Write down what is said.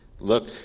Look